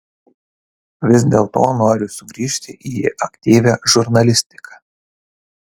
vis dėlto noriu sugrįžti į aktyvią žurnalistiką